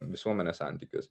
visuomenės santykius